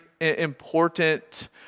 important